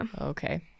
Okay